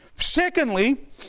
Secondly